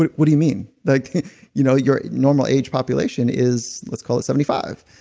what what do you mean? like you know your normal age population is let's call it seventy five.